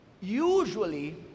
Usually